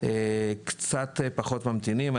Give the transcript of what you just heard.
קצת פחות ממתינים.